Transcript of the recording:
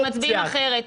אנחנו מצביעים אחרת.